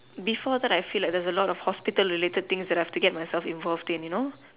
before that I feel like there is a lot of hospital related things that I have to get myself involved in you know